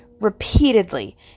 repeatedly